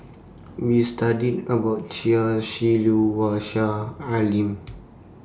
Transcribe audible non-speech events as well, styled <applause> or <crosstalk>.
We studied about Chia Shi Lu Wang Sha and Lim <noise>